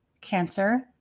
cancer